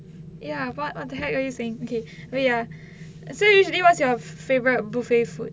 ya but what the heck are you saying okay oh ya so usually what's your favourite buffet food